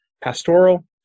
pastoral